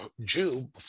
Jew